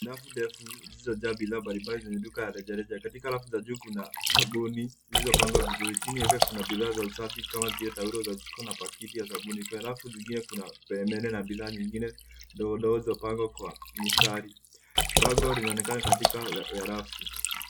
Rafu ndefu zilizojaa bidhaa mbalimbali zenye duka ya rejareja. Katika rafu za juu, kuna sabuni zilizopangwa vizuri. Chini yake kuna bidhaa za usafi kama vile taulo za jiko na pakiti ya sabuni. Kwenye rafu nyingine kuna peremende na bidhaa nyingine ndogondogo zimepangwa kwa mistari. Bango linaonekana katikati ya rafu.